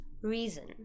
reason